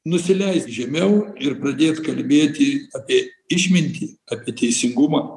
nusileist žemiau ir pradėt kalbėti apie išmintį apie teisingumą